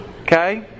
Okay